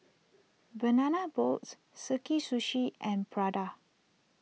Banana Boats Sakae Sushi and Prada